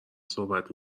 صحبت